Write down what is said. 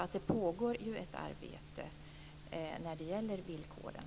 Det pågår ett arbete när det gäller villkoren.